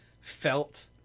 felt